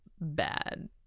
bad